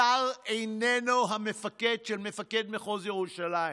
השר איננו המפקד של מפקד מחוז ירושלים,